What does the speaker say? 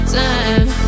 time